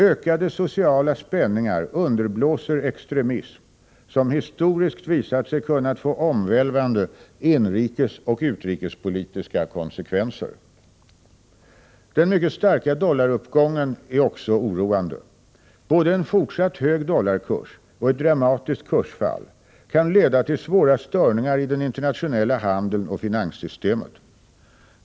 Ökade sociala spänningar underblåser extremism, som historiskt visat sig kunna få omvälvande inrikesoch utrikespolitiska konsekvenser. Den mycket starka dollaruppgången är också oroande. Både en fortsatt hög dollarkurs och ett dramatiskt kursfall kan leda till svåra störningar i den internationella handeln och finanssystemet.